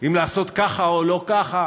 אם לעשות ככה או לא ככה?